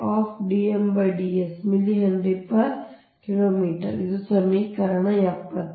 ಆದ್ದರಿಂದ ಇದು ಸಮೀಕರಣ 70